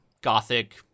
gothic